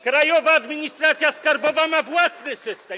Krajowa Administracja Skarbowa ma własny system.